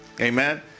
Amen